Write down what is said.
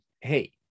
Hey